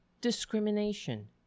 discrimination